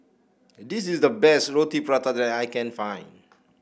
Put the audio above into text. this is the best Roti Prata that I can find